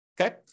Okay